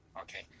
okay